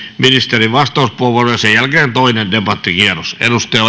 ministerin vastauspuheenvuoro ja sen jälkeen toinen debattikierros